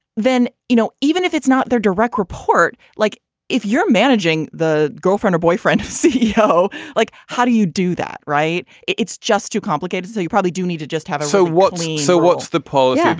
then you know even if it's not their direct report. like if you're managing the girlfriend or boyfriend ceo like how do you do that. right. it's just too complicated. so you probably do need to just have. so what so what's the point yeah